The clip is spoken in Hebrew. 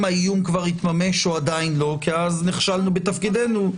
האיום התממש או עדיין לא כי אז נכשלנו בתפקידנו.